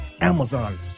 Amazon